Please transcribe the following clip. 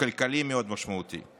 כלכלי משמעותי מאוד.